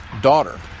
daughter